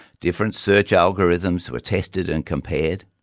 different search algorithms were tested and compared.